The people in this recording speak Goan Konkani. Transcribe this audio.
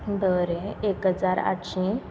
बरें एक हजार आठशी